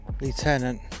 Lieutenant